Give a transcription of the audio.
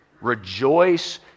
Rejoice